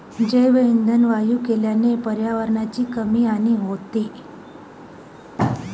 जैवइंधन वायू केल्याने पर्यावरणाची कमी हानी होते